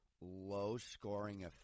low-scoring